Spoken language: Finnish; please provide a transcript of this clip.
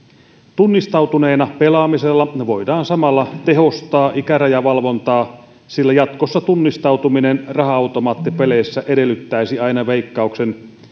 tunnistautuneena pelaamisella voidaan samalla tehostaa ikärajavalvontaa sillä jatkossa tunnistautuminen raha automaattipeleissä edellyttäisi aina veikkauksen